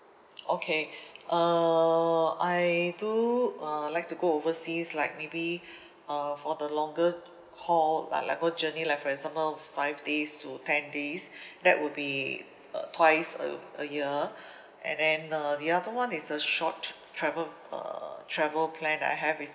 okay uh I do uh like to go overseas like maybe uh for the longer haul like like go journey like for example five days to ten days that would be uh twice a a year and then uh the other one is a short travel uh travel plan that I have is